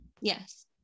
Yes